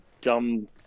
dumb